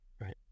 Right